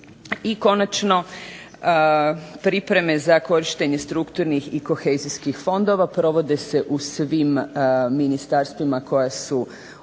I konačno, pripreme za korištenje strukturnih i kohezijskih fondova provode se u svim ministarstvima koja su određena